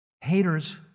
Haters